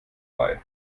bei